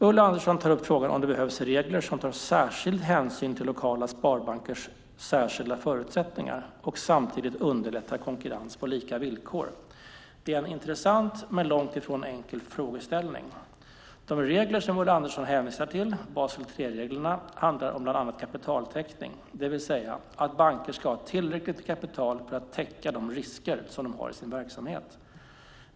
Ulla Andersson tar upp frågan om det behövs regler som tar särskild hänsyn till lokala sparbankers särskilda förutsättningar och samtidigt underlättar konkurrens på lika villkor. Det är en intressant men långt ifrån enkel frågeställning. De regler som Ulla Andersson hänvisar till - Basel 3-reglerna - handlar om bland annat kapitaltäckning, det vill säga att banker ska ha tillräckligt med kapital för att täcka de risker som de har i sin verksamhet.